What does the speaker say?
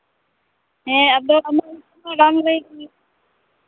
ᱦᱮᱸ ᱟᱫᱚ ᱟᱢᱟᱜ ᱧᱩᱛᱩᱢ ᱫᱚ ᱵᱟᱢ ᱞᱟᱹᱭ ᱛᱟᱦᱮᱸᱫ